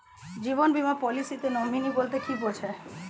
জীবন বীমা পলিসিতে নমিনি বলতে কি বুঝায়?